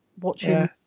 Watching